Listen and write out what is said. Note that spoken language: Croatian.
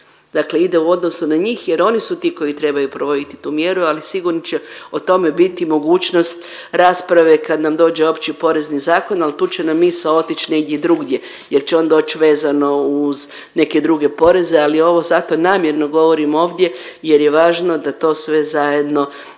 Dakle ide u odnosu na njih jer oni su ti koji trebaju provoditi tu mjeru ali sigurno će o tome biti mogućnost rasprave kad nam dođe opći porezni zakon al tu će nam misao otić negdje drugdje jer će on doć vezano uz neke druge poreze ali ovo zato namjerno govorim ovdje jer je važno da to sve zajedno